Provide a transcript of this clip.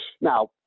Now